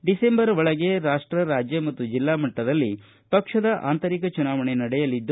December ಒಳಗೆ ರಾಷ್ಟ ರಾಜ್ಯ ಮತ್ತು ಜಿಲ್ಲಾ ಮಟ್ಟದಲ್ಲಿ ಪಕ್ಷದ ಆಂತರಿಕ ಚುನಾವಣೆ ನಡೆಯಲಿದೆ